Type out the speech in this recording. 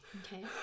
Okay